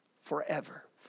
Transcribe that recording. forever